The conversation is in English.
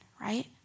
right